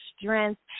strength